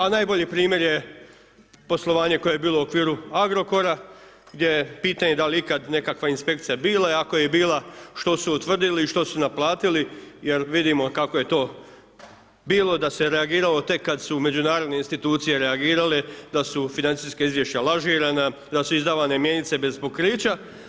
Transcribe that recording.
A najbolji primjer je poslovanje koje je bilo u okviru Agrokora, gdje je pitanje dal je ikad nekakva inspekcija bila, i ako je i bila, što su utvrdili i što su naplatili, jer vidimo kako je to bilo, da se reagiralo tek kad su međunarodne institucije reagirale, da su financijska izvješća lažirana, da su izdavane mjenice bez pokrića.